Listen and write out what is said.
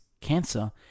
cancer